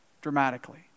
dramatically